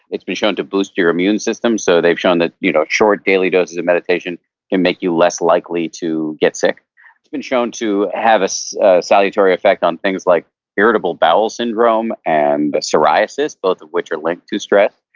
it's been shown to boost your immune system, so they've shown that you know short daily doses of meditation can make you less likely to get sick it's been shown to have a so salutary effect on things like irritable bowel syndrome, and psoriasis, both of which are linked to stress.